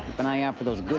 and eye out for those